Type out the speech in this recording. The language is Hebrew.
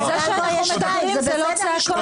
אבל זה שאנחנו מדברים זה לא צעקות.